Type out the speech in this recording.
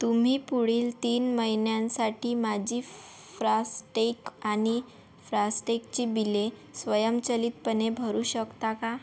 तुम्ही पुढील तीन महिन्यांसाठी माझी फ्रास्टेग आणि फ्रास्टेगची बिले स्वयंचलितपणे भरू शकता का